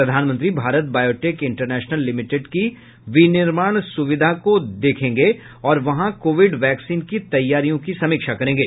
प्रधानमंत्री Bharat biotech international limited की विनिर्माण सुविधा को देखेंगे और वहां कोविड वैक्सीन की तैयारियों की समीक्षा करेंगे